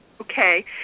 Okay